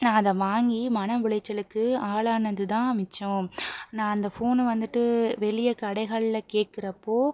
நான் அதை வாங்கி மன உளைச்சலுக்கு ஆளானது தான் மிச்சம் நான் அந்த ஃபோனை வந்துட்டு வெளியே கடைகளில் கேட்குறப் போது